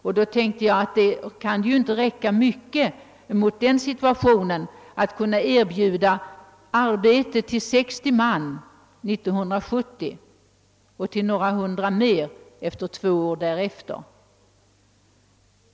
I den situationen kan det inte räcka långt att erbjuda arbete åt 60 man under år 1970 och till ytterligare några hundra två år därefter.